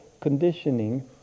conditioning